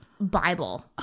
Bible